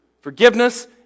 Forgiveness